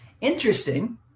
Interesting